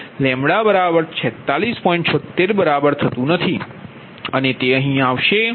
76 બરાબર નથી અને તે અહીં આવશે